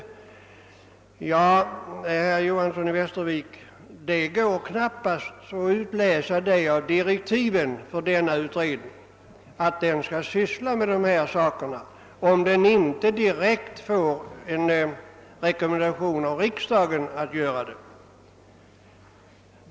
Men det går knappast, herr Johanson i Västervik, att ur direktiven för skogspolitiska utredningen utläsa att den skall syssla med dessa saker, om den inte direkt får en rekommendation av riksdagen att göra det.